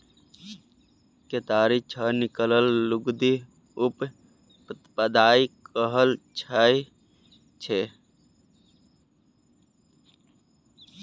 केतारी सँ निकलल लुगदी उप उत्पाद कहल जाइ छै